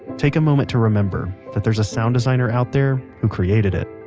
take a moment to remember that there's a sound designer out there who created it.